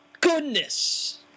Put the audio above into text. goodness